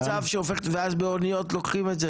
ואז באוניות לוקחים את זה?